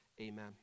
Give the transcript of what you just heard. Amen